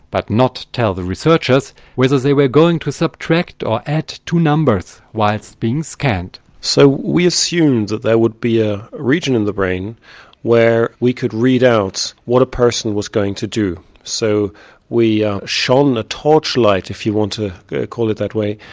but not tell the researchers, whether they were going to subtract or add two numbers whilst being scanned. so we assumed that there would be a region in the brain where we could read out what a person was going to do. so we shone the torchlight, if you want to call it that way,